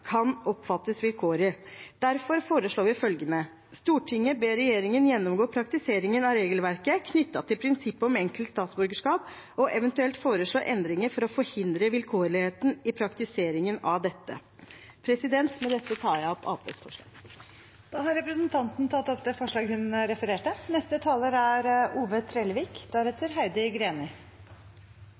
kan oppfattes vilkårlig. Derfor foreslår vi følgende: «Stortinget ber regjeringen gjennomgå praktiseringen av regelverket knyttet til prinsippet om enkelt statsborgerskap og eventuelt foreslå endringer for å forhindre vilkårlighet i praktiseringen av dette.» Med dette tar jeg opp Arbeiderpartiets forslag. Representanten Siri Gåsemyr Staalesen har tatt opp det forslaget hun refererte.